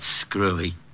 screwy